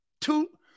Two